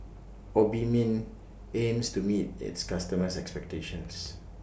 Obimin aims to meet its customers' expectations